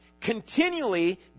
continually